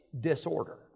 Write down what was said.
disorder